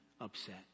upset